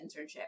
internship